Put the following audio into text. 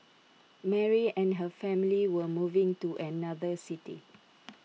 Mary and her family were moving to another city